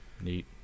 Neat